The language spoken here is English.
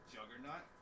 Juggernaut